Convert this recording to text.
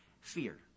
Fear